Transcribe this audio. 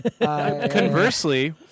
Conversely